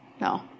No